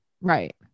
Right